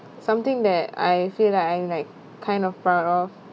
something that I feel like I'm like kind of proud of